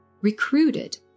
recruited